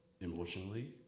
emotionally